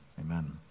Amen